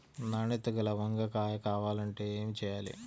నాణ్యత గల వంగ కాయ కావాలంటే ఏమి చెయ్యాలి?